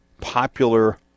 popular